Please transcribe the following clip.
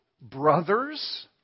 brothers